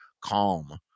calm